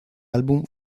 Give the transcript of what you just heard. álbum